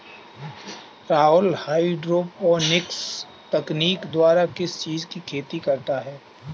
Rahul hydroponics तकनीक द्वारा किस चीज की खेती करता है?